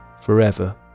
forever